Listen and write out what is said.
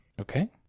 Okay